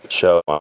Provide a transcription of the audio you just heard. show